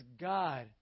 God